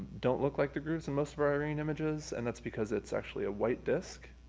don't look like the grooves in most of irene images, and that's because it's actually a white disc,